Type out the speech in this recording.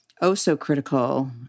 oh-so-critical